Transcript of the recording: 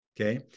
Okay